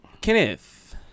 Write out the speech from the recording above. Kenneth